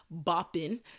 bopping